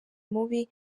mubi